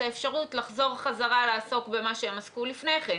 האפשרות לחזור חזרה לעסוק במה שהם עסקו לפני כן.